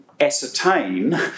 ascertain